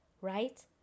right